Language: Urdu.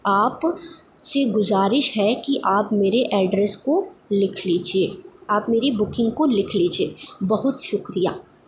آپ سے یہ گزارش ہے کہ آپ میرے ایڈریس کو لکھ لیجیے آپ میری بکنگ کو لکھ لیجیے بہت شکریہ